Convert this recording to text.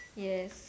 yes